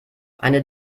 eine